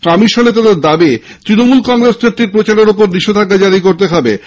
কমিশনে তাদের দাবি তৃণমূল কংগ্রেস নেত্রীর প্রচারের ওপর নিষেধাজ্ঞা জারি করতে বে